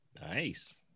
Nice